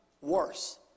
worse